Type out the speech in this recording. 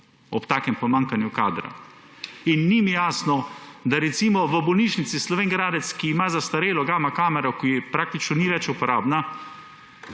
ob takem pomanjkanju kadra. In ni mi jasno, da recimo Splošni bolnišnici Slovenj Gradec, ki ima zastarelo gama kamero, ki praktično ni več uporabna,